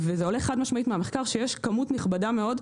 עולה חד משמעית מהמחקר, שיש כמות נכבדה מאוד,